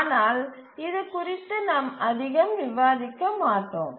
ஆனால் இது குறித்து நாம் அதிகம் விவாதிக்க மாட்டோம்